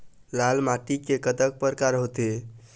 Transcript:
लाल माटी के कतक परकार होथे?